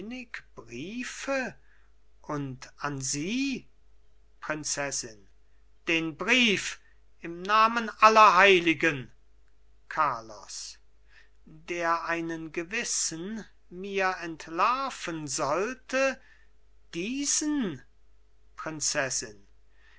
briefe und an sie prinzessin den brief im namen aller heiligen carlos der einen gewissen mir entlarven sollte diesen prinzessin